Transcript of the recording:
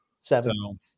Seven